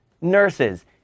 nurses